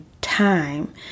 time